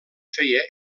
feia